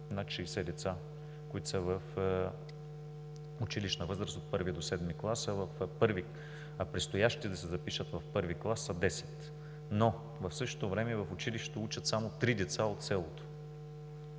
над 60 деца, които са в училищна възраст от първи до седми клас, а предстоящите да се запишат в първи клас са десет. Но в същото време в училището учат само три деца от селото.